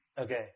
Okay